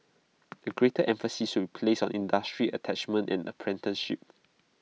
A greater emphasis will placed on industry attachments and apprenticeships